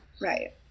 Right